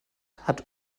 hat